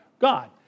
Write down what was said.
God